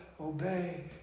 obey